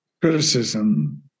criticism